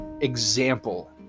example